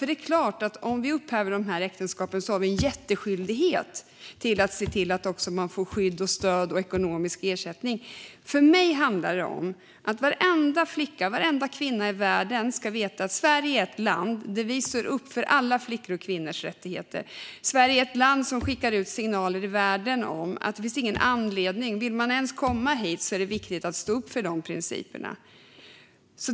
Det är ju klart att om vi upphäver de här äktenskapen har vi en jätteskyldighet att se till att man också får skydd, stöd och ekonomisk ersättning. För mig handlar det om att varenda flicka och varenda kvinna i världen ska veta att Sverige är ett land där vi står upp för alla flickors och kvinnors rättigheter. Sverige är ett land som skickar ut signaler i världen som säger att om man vill komma hit är det viktigt att stå upp för dessa principer.